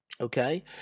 Okay